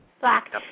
Black